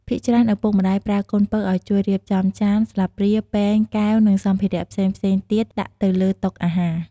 ភាគច្រើនឪពុកម្ដាយប្រើកូនពៅ ឲ្យជួយរៀបចំចាន ស្លាបព្រា ពែង កែវ និងសម្ភារៈផ្សេងៗទៀតដាក់ទៅលើតុអាហារ។